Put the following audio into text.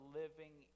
living